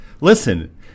Listen